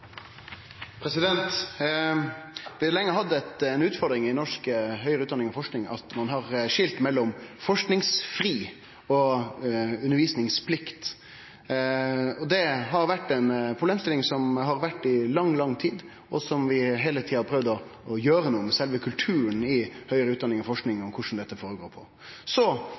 Vi har lenge hatt den utfordringa i norsk høgare utdanning og forsking at ein har skilt mellom forskingsfri og undervisingsplikt. Det er ei problemstilling som har vore der i lang, lang tid, og vi har heile tida prøvd å gjere noko med sjølve kulturen i høgare utdanning og forsking når det gjeld korleis dette føregår. Så